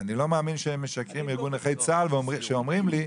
אני לא מאמין שארגון נכי צה"ל משקרים כשהם אומרים לי,